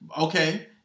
Okay